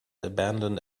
abandoned